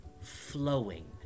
flowing